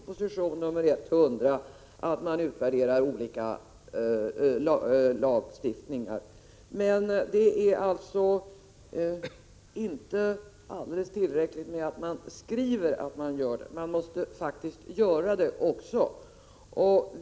Fru talman! Det är alldeles riktigt som Hans Pettersson i Helsingborg säger, att det står i proposition nr 100 att man utvärderar olika lagstiftningar. Men det är inte tillräckligt att skriva att man gör det. Man måste faktiskt göra det också.